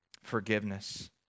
forgiveness